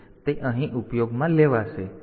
તેથી તે અહીં ઉપયોગમાં લેવાશે તેથી આ સૂચના